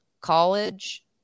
college